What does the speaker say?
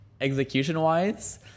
execution-wise